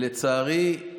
לצערי,